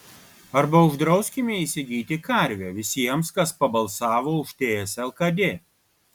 arba uždrauskime įsigyti karvę visiems kas pabalsavo už ts lkd